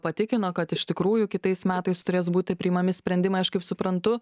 patikino kad iš tikrųjų kitais metais turės būti priimami sprendimai aš kaip suprantu